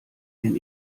den